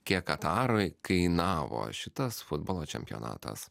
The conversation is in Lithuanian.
kiek katarui kainavo šitas futbolo čempionatas